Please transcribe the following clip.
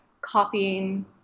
copying